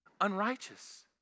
unrighteous